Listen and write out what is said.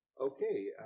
Okay